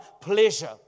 Pleasure